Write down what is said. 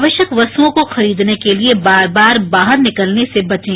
आवश्यक वस्तुओं को खरीदने के लिए बार बार बाहर निकलने से बचें